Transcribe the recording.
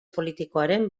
politikoaren